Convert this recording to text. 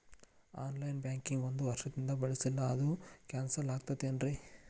On line banking ಒಂದ್ ವರ್ಷದಿಂದ ಬಳಸಿಲ್ಲ ಅದು ಕ್ಯಾನ್ಸಲ್ ಆಗಿರ್ತದೇನ್ರಿ?